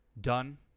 done